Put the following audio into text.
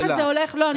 ככה זה הולך פה.